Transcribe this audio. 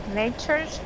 nature